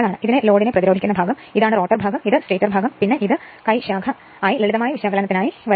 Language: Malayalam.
ഇതാണ് ലോഡിനെ പ്രതിരോധിക്കുന്ന ഭാഗം ഇതാണ് റോട്ടർ ഭാഗം ഇതാണ് സ്റ്റേറ്റർ ഭാഗം പിന്നെ ഇത് ആണ് കൈ ശാഖ ആയി ലളിതമായ വിശകലനത്തിനായി വരുന്നത്